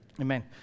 Amen